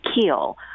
Keel